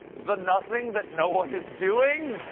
the nothing that no one is doing?